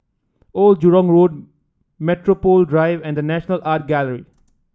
Old Jurong Road Metropole Drive and The National Art Gallery